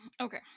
Okay